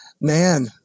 man